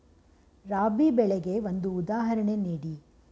ರಾಬಿ ಬೆಳೆಗೆ ಒಂದು ಉದಾಹರಣೆ ನೀಡಿ